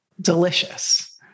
delicious